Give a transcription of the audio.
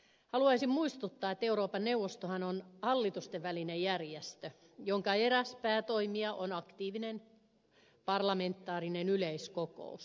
haluaisin muistuttaa että euroopan neuvostohan on hallitustenvälinen järjestö jonka eräs päätoimija on aktiivinen parlamentaarinen yleiskokous